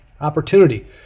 opportunity